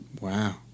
Wow